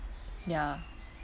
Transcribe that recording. ya